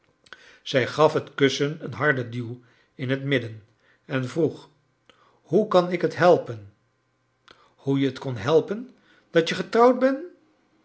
zij gaf het kussen een harden duw in het midden en vroeg hoe kan ik het helpen'f j hoe je t kon helpen dat je ge i trouwd bent